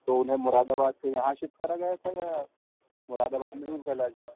تو انہیں مراداباد سے یہاں شفٹ کرا گیا تھا یا مراداباد میں ہی ان کا علاج ہوا ہے